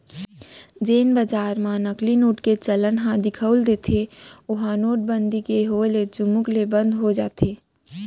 जेन बजार म नकली नोट के चलन ह दिखउल देथे ओहा नोटबंदी के होय ले चुमुक ले बंद हो जाथे